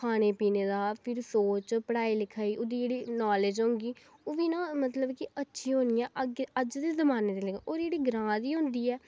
खाने पीने दा फिर सोच पढ़ाई लिखाई ओह्दी जेह्ड़ी नाॅलेज होगी ओह् बी ना मतलब कि अच्छी होनी ऐ अज्ज दे जमान्ने दे लेवल होर जेह्ड़ी ग्रांऽ दी होंदी ऐ